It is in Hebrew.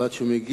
ועד שהוא מגיע,